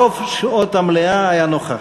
רוב שעות המליאה היה נוכח.